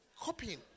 Copying